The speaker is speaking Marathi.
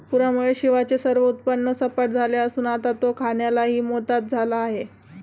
पूरामुळे शिवाचे सर्व उत्पन्न सपाट झाले असून आता तो खाण्यालाही मोताद झाला आहे